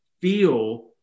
feel